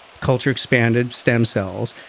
culture expanded stem cells.